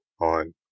on